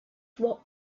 what